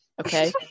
okay